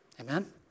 Amen